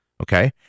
Okay